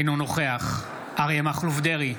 אינו נוכח אריה מכלוף דרעי,